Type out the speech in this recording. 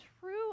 true